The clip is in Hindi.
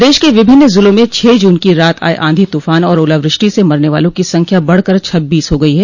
प्रदेश के विभिन्न ज़िलों में छह जून की रात आये आंधी तूफान और ओलावृष्टि से मरने वालों की संख्या बढ़कर छब्बीस हो गई है